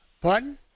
Pardon